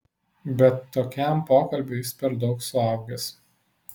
bet tokiam pokalbiui jis per daug suaugęs